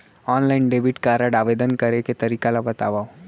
Online debit card आवेदन करे के तरीका ल बतावव?